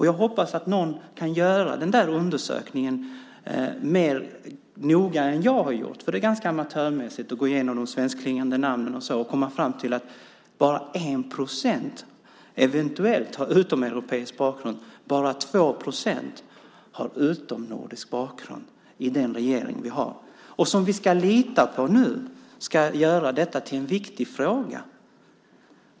Jag hoppas att någon kan göra den där undersökningen mer noga än jag har gjort, för det är ganska amatörmässigt att gå igenom de svenskklingande namnen och komma fram till att bara 1 procent, eventuellt, har utomeuropeisk bakgrund och att bara 2 procent har utomnordisk bakgrund i den regering vi har. Och vi ska nu lita på att den regeringen ska göra detta till en viktig fråga.